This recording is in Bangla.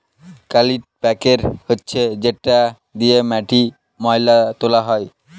কাল্টিপ্যাকের হচ্ছে যেটা দিয়ে মাটির ময়লা তোলা হয়